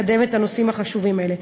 לקדם את הנושאים החשובים האלה.